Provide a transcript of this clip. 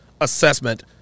assessment